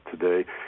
today